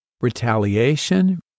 retaliation